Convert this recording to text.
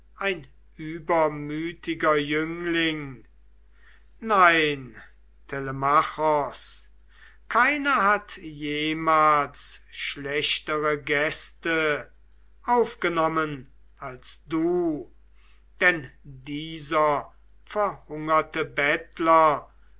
ein übermütiger jüngling nein telemachos keiner hat jemals schlechtere gäste aufgenommen als du denn dieser verhungerte bettler